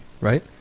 right